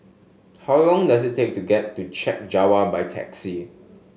how long does it take to get to Chek Jawa by taxi